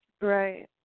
Right